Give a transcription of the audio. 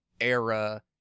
era